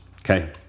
Okay